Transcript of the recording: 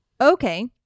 Okay